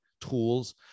tools